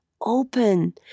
open